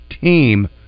team